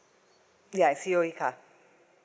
ya a C_O_E car